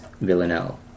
Villanelle